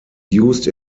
used